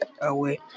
away